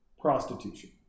prostitution